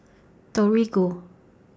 Torigo